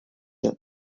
the